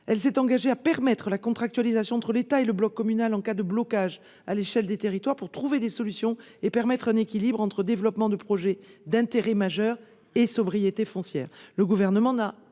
Elle s'est aussi engagée à permettre la contractualisation entre l'État et le bloc communal en cas de blocage au niveau des territoires pour trouver des solutions et parvenir à un équilibre entre développement de projets d'intérêt majeur et sobriété foncière.